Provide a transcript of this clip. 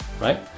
right